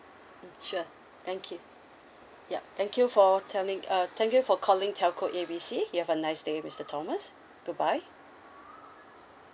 mm sure thank you yup thank you for telling uh thank you for calling telco A B C you have a nice day mister thomas goodbye